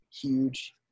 Huge